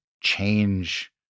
change